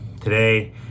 Today